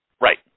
Right